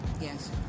Yes